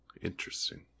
Interesting